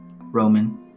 Roman